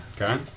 Okay